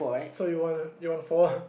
so you want you want four